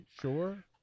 sure